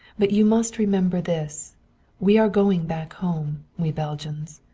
but you must remember this we are going back home, we belgians.